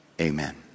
Amen